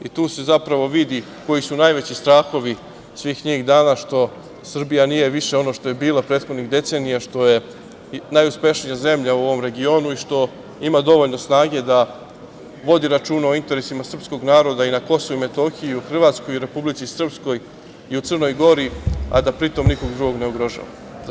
I tu se zapravo vidi koji su najveći strahovi svih njih, zato što Srbija nije više ono što je bila prethodnih decenija, što je najuspešnija zemlja u ovom regionu i što ima dovoljno snage da vodi računa o interesima srpskog naroda i na KiM i u Hrvatskoj i u Republici Srpskoj i u Crnoj Gori, a da pri tom nikoga drugoga ne ugrožava.